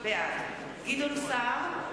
בעד גדעון סער,